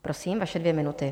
Prosím, vaše dvě minuty.